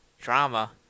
drama